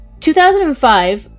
2005